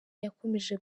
yakomeje